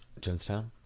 Jonestown